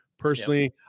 Personally